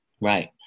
right